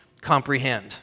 comprehend